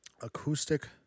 acoustic